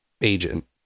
agent